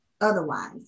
otherwise